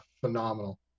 phenomenal